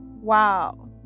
Wow